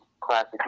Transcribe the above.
classic